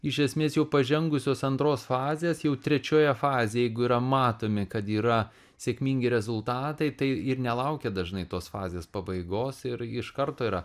iš esmės jau pažengusios antros fazės jau trečioje fazėje jeigu yra matomi kad yra sėkmingi rezultatai tai ir nelaukia dažnai tos fazės pabaigos ir iš karto yra